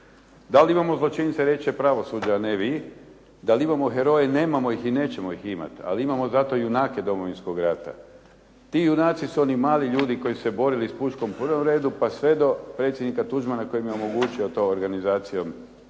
Da li imamo zločince reći će pravosuđe a ne vi, da li imamo heroje nemamo i nećemo ih imati ali imamo zato junake Domovinskog rata. Ti junaci su oni mali ljudi koji su se borili s puškom u prvom redu pa sve do predsjednika Tuđmana koji im je omogućio to organizacijom